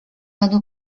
году